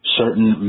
certain